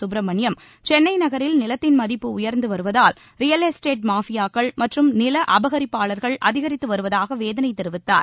சுப்பிரமணியம் சென்னை நகரில் நிலத்தின் மதிப்பு உயர்ந்து வருவதால் ரியல் எஸ்ட்டேட் மாஃபியாக்கள் மற்றும் நில அபகரிப்பாளர்கள் அதிகரித்து வருவதாக வேதனை தெரிவித்தார்